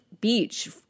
beach